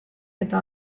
eta